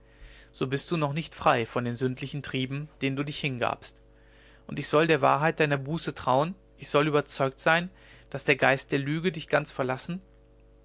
so bist du noch nicht frei von den sündlichen trieben denen du dich hingabst und ich soll der wahrheit deiner buße trauen ich soll überzeugt sein daß der geist der lüge dich ganz verlassen